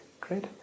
great